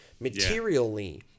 materially